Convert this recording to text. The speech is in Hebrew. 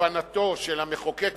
כוונתו של המחוקק הפרלמנטרי,